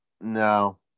No